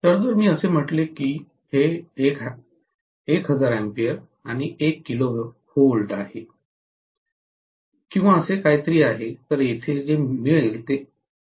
तर जर मी असे म्हटले की हे 1000 A आणि 1 kV आहे किंवा असे काहीतरी आहे तर येथे जे मिळेल ते 1000 kV असेल